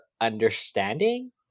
understanding